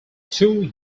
two